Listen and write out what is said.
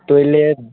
toilet